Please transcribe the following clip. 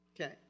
Okay